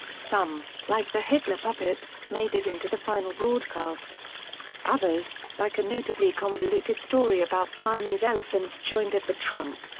some, like the hitler puppet, made it into the final broadcast others, like a notably convoluted story about siamese elephants joined at the trunk,